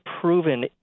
proven